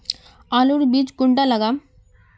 आलूर बीज कुंडा लगाम?